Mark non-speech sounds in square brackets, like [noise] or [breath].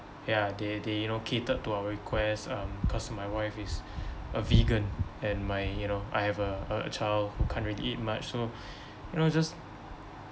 ya they they you know catered to our request um cause my wife is [breath] a vegan and my you know I have a a a child who can't really eat much so [breath] you know just